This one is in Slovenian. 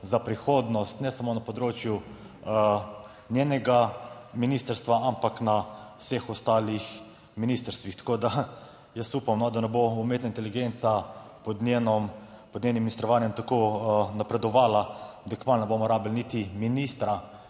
za prihodnost, ne samo na področju njenega ministrstva, ampak na vseh ostalih ministrstvih. Tako da jaz upam, da ne bo umetna inteligenca pod njeno, pod njenim ministrovanjem tako napredovala, da kmalu ne bomo rabili niti ministra,